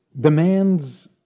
demands